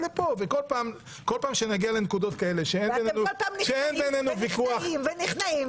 כל פעם שנגיע למקומות כאלה- -- אתם נכנעים ונכנעים.